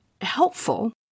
helpful